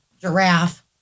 Giraffe